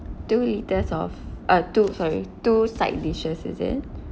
two liters of uh two sorry two side dishes is it